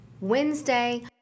Wednesday